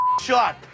shot